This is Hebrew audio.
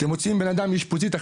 אתם מוציאים בנאדם מאשפוזית,